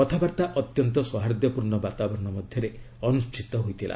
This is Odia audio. କଥାବାର୍ତ୍ତା ଅତ୍ୟନ୍ତ ସୌହାର୍ଦ୍ଧ୍ୟପୂର୍ଣ୍ଣ ବାତାବରଣ ମଧ୍ୟରେ ଅନୁଷ୍ଠିତ ହୋଇଥିଲା